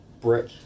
brick